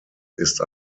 ist